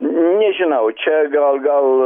nežinau čia gal gal